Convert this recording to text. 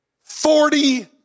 forty